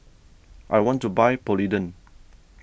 I want to buy Polident